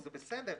זה בסדר.